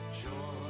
joy